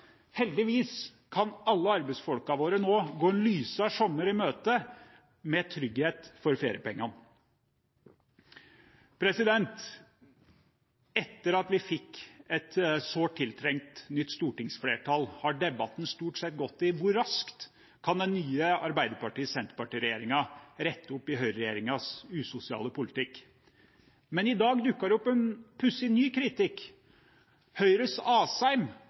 Heldigvis kan alle arbeidsfolkene våre nå gå en lysere sommer i møte, med trygghet for feriepengene. Etter at vi fikk et sårt tiltrengt nytt stortingsflertall, har debatten stort sett gått i: Hvor raskt kan den nye Arbeiderparti–Senterparti-regjeringen rette opp i høyreregjeringens usosiale politikk? Men i dag dukket det opp en pussig ny kritikk. Høyres Asheim